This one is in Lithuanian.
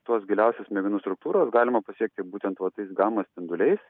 tos giliausios smegenų struktūros galima pasiekti būtent vat tais gama spinduliais